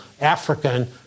African